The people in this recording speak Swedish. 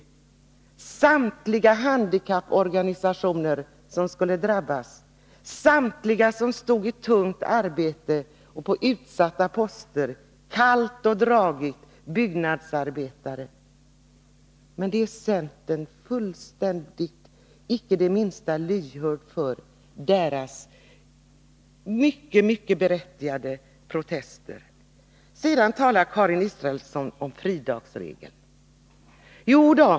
Jo, samtliga handikapporganisationer, vilkas medlemmar skulle drabbas, alla med tungt arbete, alla på utsatta poster eller med arbeten där det är kallt och dragigt. Det gäller t.ex. byggnadsarbetarna. Men centern är icke det minsta lyhört för deras mycket berättigade protester. Karin Israelsson talar sedan om fridagsregeln.